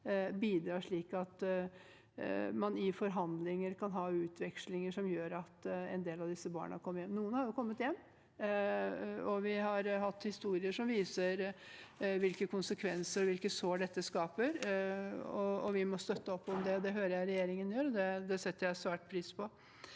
bidrar slik at man i forhandlinger kan ha utvekslinger som gjør at en del av disse barna kommer hjem. Noen av dem har kommet hjem, og vi har hørt historier som viser hvilke konsekvenser og sår dette skaper. Vi må støtte opp om arbeidet. Det hører jeg regjeringen gjør, og det setter jeg svært stor pris på.